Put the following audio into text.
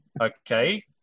Okay